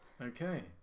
okay